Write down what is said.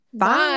Bye